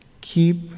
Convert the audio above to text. Keep